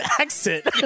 accent